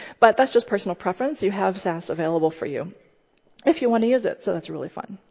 but that's just personal preference. you have sas available for you if you want to use it. so that's really fun.